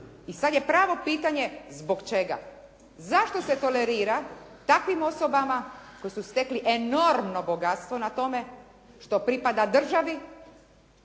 I sad je pravo pitanje zbog čega? Zašto se tolerira takvim osobama koji su stekli enormno bogatstvo na tome što pripada državi